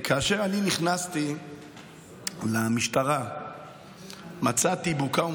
כאשר אני נכנסתי למשטרה מצאתי בוקה ומבולקה.